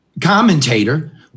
commentator